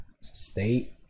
State